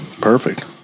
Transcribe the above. perfect